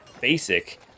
basic